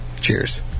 Cheers